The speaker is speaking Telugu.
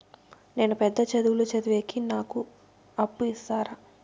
నేను పెద్ద చదువులు చదివేకి నాకు అప్పు ఇస్తారా